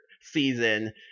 season